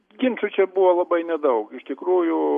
ginčų čia buvo labai nedaug iš tikrųjų